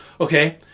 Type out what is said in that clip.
Okay